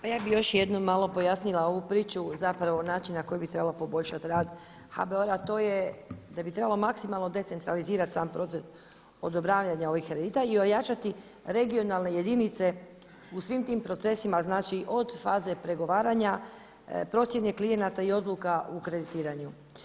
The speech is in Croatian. Pa ja bih još jednom malo pojasnila ovu priču zapravo način na koji bi trebalo poboljšati rad HBOR-a, a to je da bi trebalo maksimalno decentralizirati sam proces odobravanja ovih kredita i ojačati regionalne jedinice u svim tim procesima od faze pregovaranja, procjene klijenata i odluka u kreditiranju.